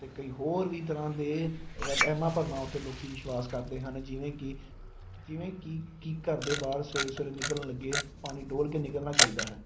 ਅਤੇ ਕਈ ਹੋਰ ਵੀ ਤਰ੍ਹਾਂ ਦੇ ਵ ਵਹਿਮਾਂ ਭਰਮਾਂ ਉੱਤੇ ਲੋਕੀਂ ਵਿਸ਼ਵਾਸ ਕਰਦੇ ਹਨ ਜਿਵੇਂ ਕਿ ਜਿਵੇਂ ਕਿ ਕਿ ਘਰ ਦੇ ਬਾਹਰ ਸਵੇਰੇ ਸਵੇਰੇ ਨਿਕਲਣ ਲੱਗੇ ਪਾਣੀ ਡੋਲ ਕੇ ਨਿਕਲਣਾ ਚਾਹੀਦਾ ਹੈ